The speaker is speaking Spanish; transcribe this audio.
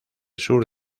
sur